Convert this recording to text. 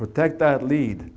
protect that lead